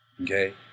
Okay